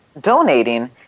donating